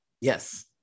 yes